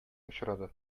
очрады